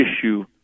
issue